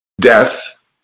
death